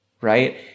right